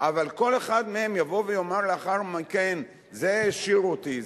אבל כל אחד מהם יבוא ויאמר לאחר מכן: זה העשיר אותי,